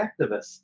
activist